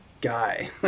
guy